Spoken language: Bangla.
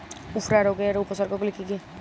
উফরা রোগের উপসর্গগুলি কি কি?